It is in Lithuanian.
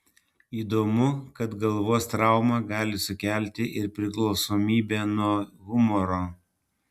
įdomu kad galvos trauma gali sukelti ir priklausomybę nuo humoro